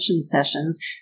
sessions